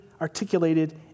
articulated